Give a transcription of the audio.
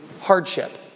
hardship